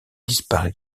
disparaît